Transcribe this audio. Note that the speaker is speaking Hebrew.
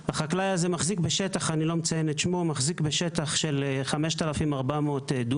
החקלאי הזה אני לא מציין את שמו מחזיק בשטח מרעה של 5,400 דונם,